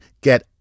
get